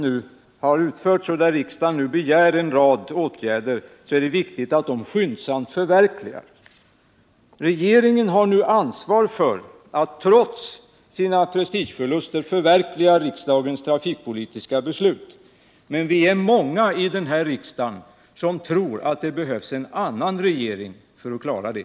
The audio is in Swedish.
När riksdagen nu begär en rad åtgärder, är det viktigt att de skyndsamt förverkligas. Regeringen har nu ansvaret för att — trots sina prestigeförluster — förverkliga riksdagens trafikpolitiska beslut. Men vi är många i den här riksdagen som tror att det behövs en annan regering för att kunna klara det.